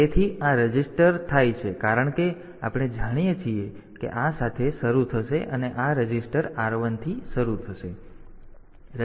તેથી આ રજિસ્ટર થાય છે કારણ કે આપણે જાણીએ છીએ કે આ સાથે શરૂ થશે અને આ રજિસ્ટર R1 થી શરૂ થશે